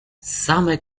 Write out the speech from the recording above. same